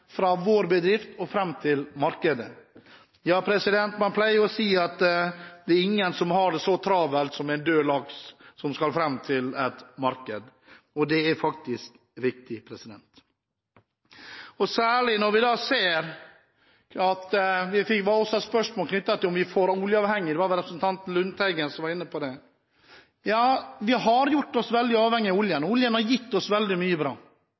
fra vår bedrift og fram til markedet. Ja, man pleier å si at det er ingen som har det så travelt som en død laks som skal fram til et marked. Og det er faktisk viktig. Det var også et spørsmål knyttet til om vi er for oljeavhengige – det var vel representanten Lundteigen som var inne på det. Ja, vi har gjort oss veldig avhengige av oljen. Oljen har gitt oss veldig mye bra,